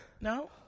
no